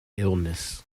illnesses